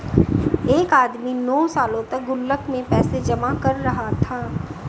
एक आदमी नौं सालों तक गुल्लक में पैसे जमा कर रहा था